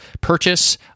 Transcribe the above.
purchase